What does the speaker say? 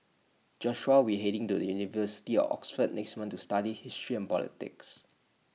Joshua will heading to the university of Oxford next month to study history and politics